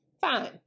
Fine